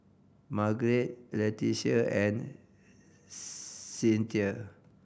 Margeret Leticia and Cynthia